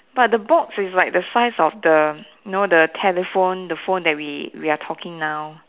but the box is like the size of the know the telephone the phone that we are talking now